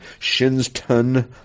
Shinston